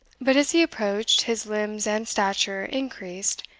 but as he approached, his limbs and stature increased,